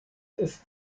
ist